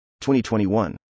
2021